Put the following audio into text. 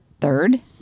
third